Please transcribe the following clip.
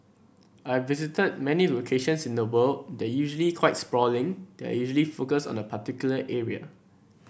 I've visited many locations in the world they're usually quite sprawling they're usually focused on a particular area